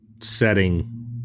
setting